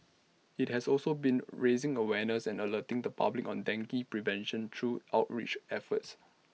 IT has also been raising awareness and alerting the public on dengue prevention through outreach efforts